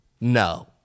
No